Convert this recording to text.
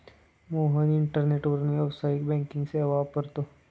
मोहन इंटरनेटवरून व्यावसायिक बँकिंग सेवा वापरतो